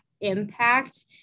impact